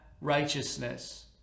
righteousness